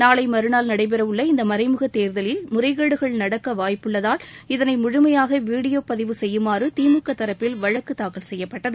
நாளை மறுநாள் நடைபெறவுள்ள இந்த மறைமுக தேர்தலில் முறைகேடுகள் நடக்க வாய்ப்புள்ளதால் இதனை முழுமையாக வீடியோ பதிவு செய்யுமாறு திமுக தரப்பில் வழக்கு தாக்கல் செய்யப்பட்டது